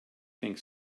think